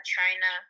China